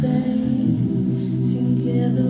Together